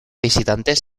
visitantes